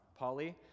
Paulie